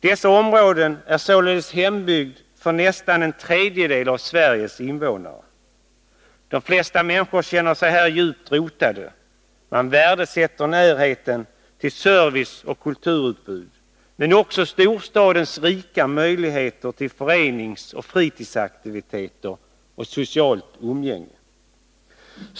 Dessa områden är således hembygd för nästan en tredjedel av Sveriges invånare. De flesta människor känner sig här djupt rotade. Man värdesätter närheten till service och kulturutbud, men också storstadens rika möjligheter till föreningsoch fritidsaktiviteter och socialt umgänge.